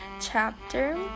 chapter